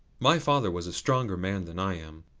my father was a stronger man than i am.